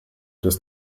dass